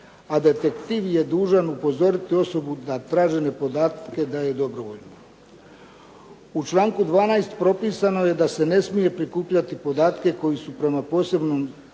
a detektiv je dužan upozoriti osobu da tražene podatke daje dobrovoljno. U članku 12. propisano je da se ne smije prikupljati podatke koji su prema posebnom